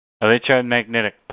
electromagnetic